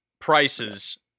prices